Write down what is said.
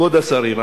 כבוד השרים,